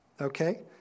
Okay